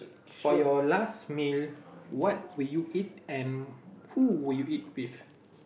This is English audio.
for your last meal what will you eat and who will you eat with